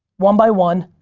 one by one,